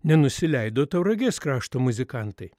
nenusileido tauragės krašto muzikantai